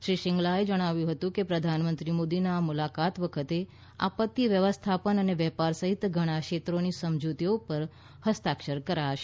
શ્રી શ્રંગલાએ જણાવ્યું હતું કે પ્રધાનમંત્રી મોદીની આ મુલાકાત વખતે આપત્તિ વ્યવસ્થાપન વેપાર સહિત ધણા ક્ષેત્રોની સમજૂતીઓ ઉપર હસ્તાક્ષર કરાશે